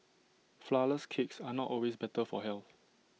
Flourless Cakes are not always better for health